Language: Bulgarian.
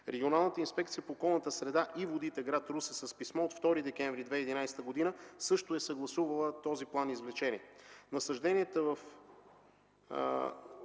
Регионалната инспекция по околната среда и водите – гр. Русе с писмо от 2 декември 2011 г. също е съгласувала този план-извлечение.